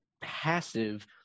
passive